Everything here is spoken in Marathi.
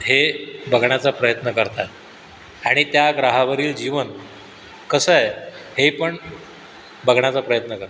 हे बघण्याचा प्रयत्न करतात आणि त्या ग्रहावरील जीवन कसं आहे हे पण बघण्याचा प्रयत्न करतात